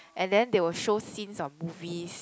and then they will show scenes of movies